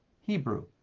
Hebrew